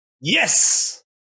Yes